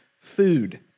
food